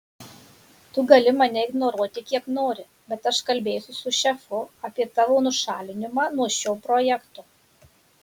tu gali mane ignoruoti kiek nori bet aš kalbėsiu su šefu apie tavo nušalinimą nuo šio projekto